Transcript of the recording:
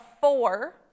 four